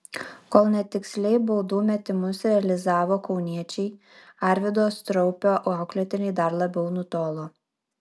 kol netiksliai baudų metimus realizavo kauniečiai arvydo straupio auklėtiniai dar labiau nutolo